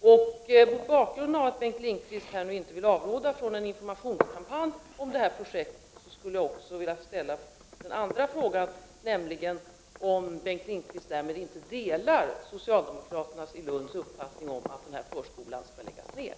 Mot bakgrund av att Bengt Lindqvist nu inte vill avråda från en informationskampanj om detta projekt vill jag också ställa en andra fråga: Delar Bengt Lindqvist därmed inte socialdemokraternas i Lund uppfattning att denna förskola skall läggas ned?